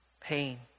pain